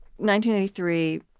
1983